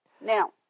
Now